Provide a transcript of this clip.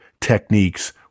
techniques